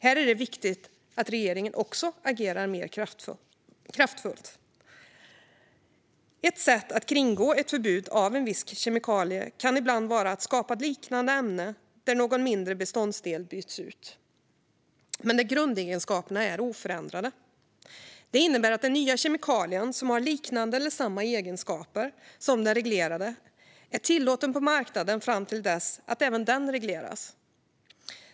Här är det också viktigt att regeringen agerar mer kraftfullt. Ett sätt att kringgå ett förbud mot en viss kemikalie kan ibland vara att skapa ett liknande ämne där någon mindre beståndsdel byts ut men grundegenskaperna är oförändrade. Det innebär att den nya kemikalien, som har liknande eller samma egenskaper som den reglerade, är tillåten på marknaden fram till dess att även den regleras.